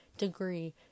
Degree